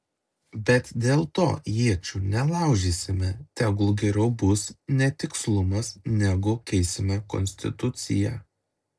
bet dėl to iečių nelaužysime tegul geriau bus netikslumas negu keisime konstituciją